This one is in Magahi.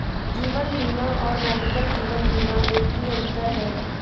जीवन बीमा और मेडिकल जीवन बीमा में की अंतर है?